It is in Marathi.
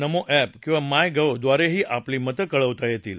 नमो एप किंवा माय गव्हद्वारेही आपली मतं कळवता येतील